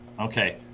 Okay